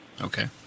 Okay